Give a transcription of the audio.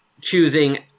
choosing